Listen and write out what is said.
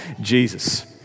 Jesus